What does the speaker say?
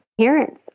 parents